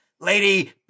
Lady